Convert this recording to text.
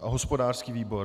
Hospodářský výbor?